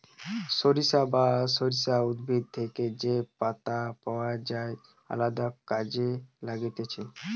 সরিষা বা সর্ষে উদ্ভিদ থেকে যে পাতা পাওয় যায় আলদা কাজে লাগতিছে